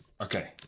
Okay